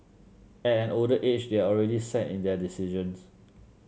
at an older age they're already set in their decisions